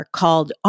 called